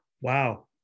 Wow